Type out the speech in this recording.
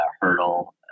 hurdle